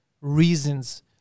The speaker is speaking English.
reasons